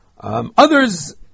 Others